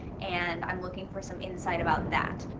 and i'm looking for some insight about that.